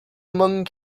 among